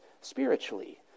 spiritually